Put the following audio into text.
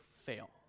fail